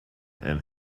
and